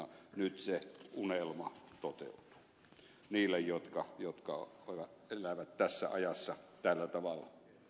nyt se unelma toteutuu niille jotka elävät tässä ajassa tällä tavalla